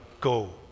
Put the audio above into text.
go